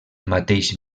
mateix